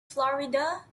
florida